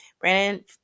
Brandon